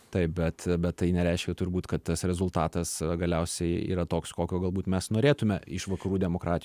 taip bet bet tai nereiškia turbūt kad tas rezultatas galiausiai yra toks kokio galbūt mes norėtume iš vakarų demokratų